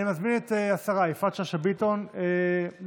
אני מזמין את השרה יפעת שאשא ביטון להשיב